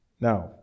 Now